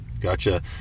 Gotcha